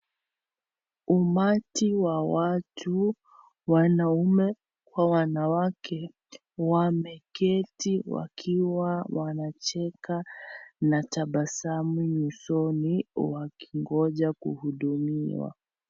Umati wa watu wanaume Kwa wanawake wameketi wakiwa wanacheka na tabasamu usoni wakingoja kuhudumiwa.